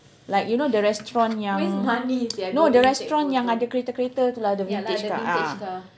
like you know the restaurant yang no the restaurant yang ada kereta kereta tu lah the vintage car